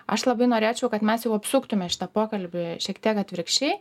aš labai norėčiau kad mes jau apsuktume šitą pokalbį šiek tiek atvirkščiai